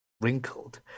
wrinkled